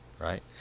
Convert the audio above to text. right